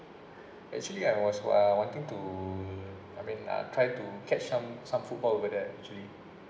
actually I was uh wanting to I mean uh try to catch some some football over that actually